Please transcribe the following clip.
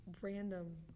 random